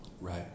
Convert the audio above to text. right